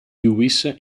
lewis